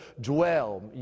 dwell